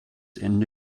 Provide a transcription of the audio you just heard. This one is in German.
ende